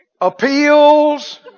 appeals